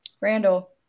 Randall